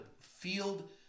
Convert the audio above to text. field